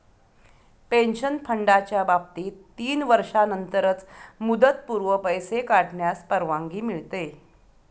pension फंडाच्या बाबतीत तीन वर्षांनंतरच मुदतपूर्व पैसे काढण्यास परवानगी मिळते